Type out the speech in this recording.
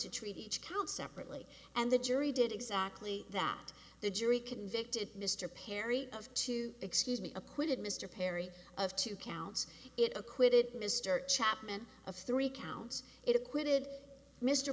to treat each count separately and the jury did exactly that the jury convicted mr perry of two excuse me acquitted mr perry of two counts it acquitted mr chapman of three counts it acquitted mr